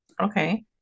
okay